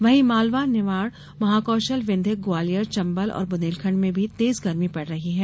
वहीं मालवा निमाड़ महाकौशल विंध्य ग्वालियर चम्बल और बुन्देलखण्ड में भी तेज गर्मी पड रही है